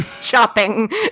shopping